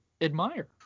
admire